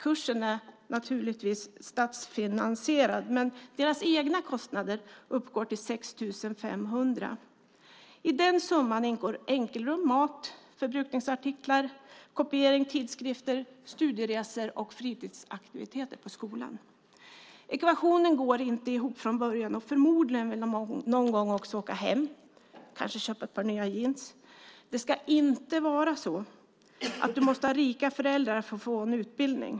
Kursen är naturligtvis statsfinansierad, men deras egna kostnader uppgår till 6 500 kronor. I den summan ingår enkelrum, mat, förbrukningsartiklar, kopiering, tidskrifter, studieresor och fritidsaktiviteter på skolan. Ekvationen går inte ihop. Förmodligen vill de också någon gång åka hem eller köpa sig ett par nya jeans. Det ska inte vara så att man måste ha rika föräldrar för att få en utbildning.